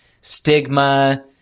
stigma